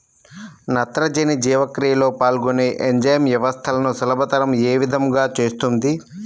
నత్రజని జీవక్రియలో పాల్గొనే ఎంజైమ్ వ్యవస్థలను సులభతరం ఏ విధముగా చేస్తుంది?